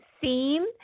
theme